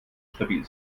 stabil